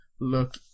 look